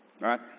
right